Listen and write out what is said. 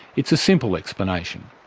it's a simple explanation.